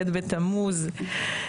ט' בתמוז,